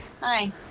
hi